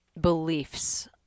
beliefs